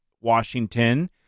Washington